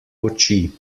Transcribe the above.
oči